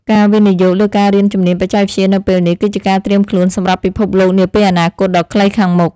ការវិនិយោគលើការរៀនជំនាញបច្ចេកវិទ្យានៅពេលនេះ គឺជាការត្រៀមខ្លួនសម្រាប់ពិភពលោកនាពេលអនាគតដ៏ខ្លីខាងមុខ។